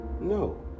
no